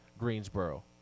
greensboro